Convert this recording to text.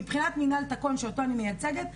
מבחינת מנהל תקין שאותו אני מייצגת,